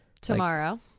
tomorrow